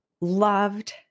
loved